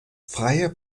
freier